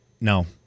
No